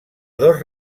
dos